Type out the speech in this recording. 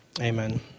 Amen